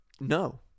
No